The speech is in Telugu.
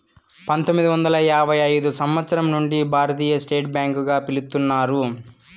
పంతొమ్మిది వందల యాభై ఐదు సంవచ్చరం నుండి భారతీయ స్టేట్ బ్యాంక్ గా పిలుత్తున్నారు